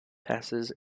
passes